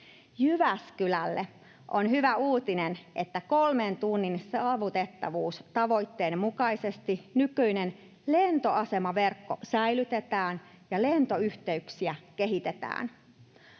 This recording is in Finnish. Jyväskylälle on hyvä uutinen, että kolmen tunnin saavutettavuustavoitteen mukaisesti nykyinen lentoasemaverkko säilytetään ja lentoyhteyksiä kehitetään.